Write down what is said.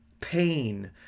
Pain